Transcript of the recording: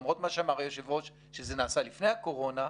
למרות מה שאמר היושב-ראש שזה נעשה לפני הקורונה,